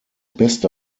beste